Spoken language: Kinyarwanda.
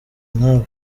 nkawe